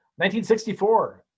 1964